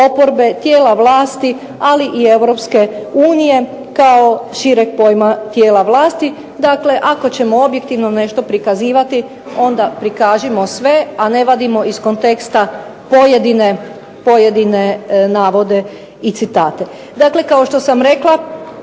oporbe, tijela vlasti, ali i Europske unije kao šireg pojma tijela vlasti. Dakle ako ćemo objektivno nešto prikazivati, onda prikažimo sve, a ne vadimo iz konteksta pojedine navode i citate. Dakle kao što sam rekla